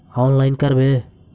Online करवे?